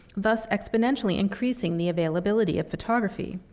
thus exponentially increasing the availability of photography.